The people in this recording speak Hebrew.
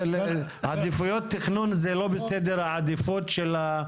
עדיפויות תכנון זה לא בסדר העדיפות שלה,